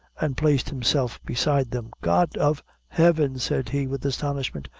and placed himself beside them. god of heaven! said he, with astonishment,